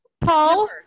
paul